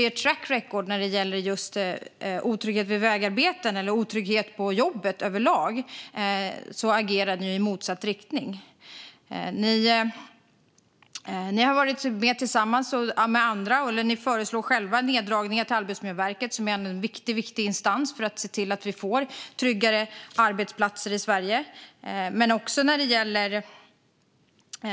Ert track record när det gäller just otrygghet vid vägarbeten eller otrygghet på jobbet överlag är att ni agerar i motsatt riktning. Ni föreslår själva eller tillsammans med andra neddragningar för Arbetsmiljöverket, som ändå är en mycket viktig instans för att se till att vi får tryggare arbetsplatser i Sverige.